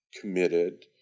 committed